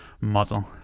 Model